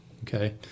Okay